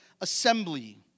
assembly